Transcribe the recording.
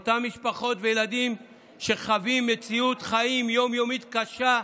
אותם משפחות וילדים שחווים מציאות חיים יום-יומית קשה,